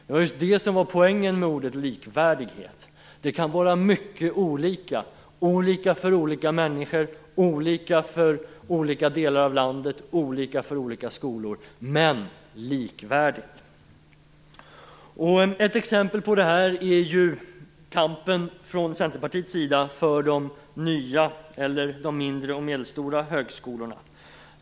Det var just det som var poängen med ordet likvärdighet. Det kan vara mycket olika - olika för olika människor, olika för olika delar av landet och olika för olika skolor - Ett exempel på detta är ju kampen från Centerpartiets sida för de nya eller de mindre och medelstora högskolorna.